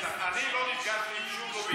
אני לא נפגשתי עם שום גורם,